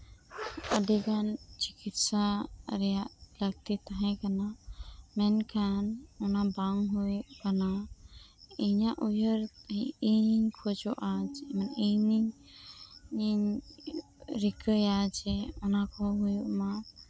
ᱟᱹᱰᱤᱜᱟᱱ ᱪᱤᱠᱤᱛᱥᱟ ᱨᱮᱭᱟᱜ ᱞᱟᱹᱠᱛᱤ ᱛᱟᱦᱮ ᱠᱟᱱᱟ ᱢᱮᱱᱠᱷᱟᱱ ᱚᱱᱟ ᱵᱟᱝ ᱦᱩᱭᱩᱜ ᱠᱟᱱᱟ ᱤᱧᱟᱹᱜ ᱩᱭᱦᱟᱹᱨ ᱤᱧᱤᱧ ᱠᱷᱚᱡᱚᱜ ᱟ ᱤᱧᱤᱧ ᱤᱧ ᱨᱤᱠᱟᱹᱭᱟ ᱡᱮ ᱚᱱᱟᱠᱚᱦᱚᱸ ᱦᱩᱭᱩᱜ ᱢᱟ